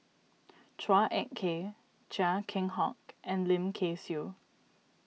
Chua Ek Kay Chia Keng Hock and Lim Kay Siu